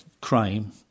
crime